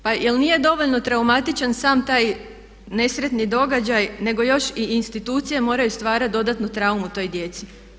Pa je li nije dovoljno traumatičan sam taj nesretni događaj nego još i institucije moraju stvarati dodatnu traumu toj djeci?